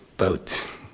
boat